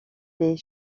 des